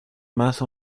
más